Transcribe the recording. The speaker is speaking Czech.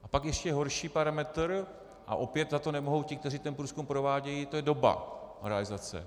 A pak ještě horší parametr, a opět za to nemohou ti, kteří ten průzkum provádějí, to je doba realizace.